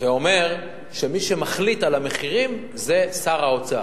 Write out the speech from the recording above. ואומר שמי שמחליט על המחירים זה שר האוצר.